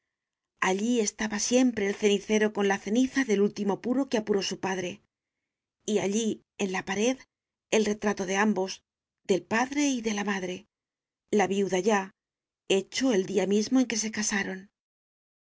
allí estaba siempre el cenicero con la ceniza del último puro que apuró su padre y allí en la pared el retrato de ambos del padre y de la madre la viuda ya hecho el día mismo en que se casaron